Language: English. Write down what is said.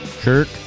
kirk